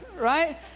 right